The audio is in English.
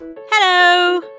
Hello